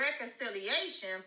reconciliation